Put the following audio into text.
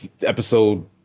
episode